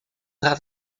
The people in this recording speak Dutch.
gaat